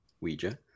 Ouija